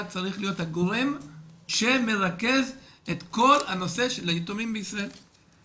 היה צריך להיות הגורם שמרכז את כל הנושא של היתומים בישראל.